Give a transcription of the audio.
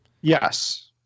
Yes